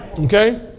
Okay